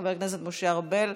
חבר הכנסת משה ארבל,